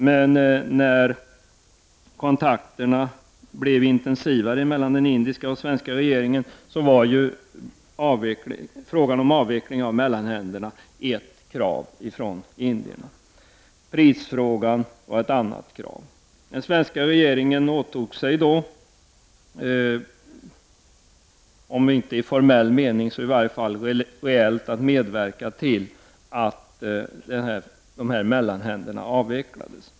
Men när kontakterna blev intensivare mellan den indiska och den svenska regeringen, var ju avveckling av mellanhänderna ett krav från indierna. Ett annat krav gällde prisfrågan. Den svenska regeringen åtog sig då — om inte i formell mening så i varje fall reellt — att medverka till att dessa mellanhänder avvecklades.